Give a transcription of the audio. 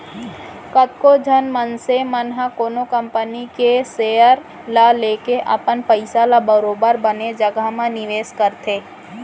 कतको झन मनसे मन ह कोनो कंपनी के सेयर ल लेके अपन पइसा ल बरोबर बने जघा म निवेस करथे